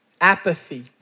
apathy